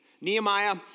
Nehemiah